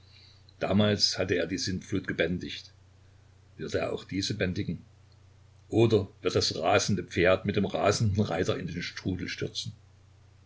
damals hatte er die sintflut gebändigt wird er auch diese bändigen oder wird das rasende pferd mit dem rasenden reiter in den strudel stürzen